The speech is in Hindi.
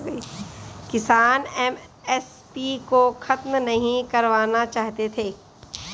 किसान एम.एस.पी को खत्म नहीं करवाना चाहते थे